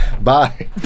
Bye